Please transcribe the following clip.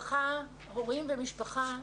הורים ומשפחה,